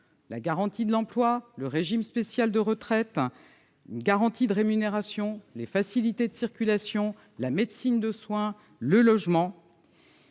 : garantie de l'emploi, régime spécial de retraite, garantie de rémunération, facilités de circulation, médecine de soins, logement.